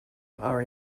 are